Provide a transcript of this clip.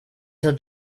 till